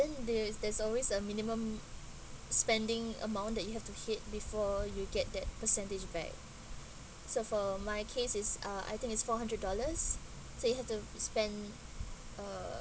then there's there's always a minimum spending amount that you have to hit before you get that percentage back so for my case is uh I think it's four hundred dollars so you have to spend uh